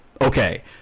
Okay